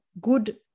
good